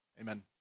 Amen